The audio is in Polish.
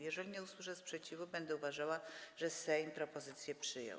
Jeżeli nie usłyszę sprzeciwu, będę uważała, że Sejm propozycje przyjął.